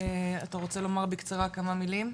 אתה רוצה לומר בקצרה כמה מילים?